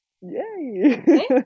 Yay